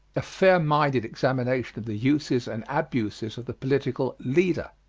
a fair-minded examination of the uses and abuses of the political leader.